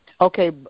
Okay